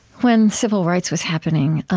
when civil rights was happening.